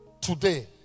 Today